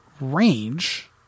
range